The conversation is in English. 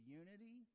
unity